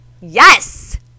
Yes